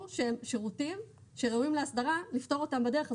שהם שירותים שראויים לאסדרה לפטור אותם בדרך הזאת,